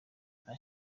nta